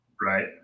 right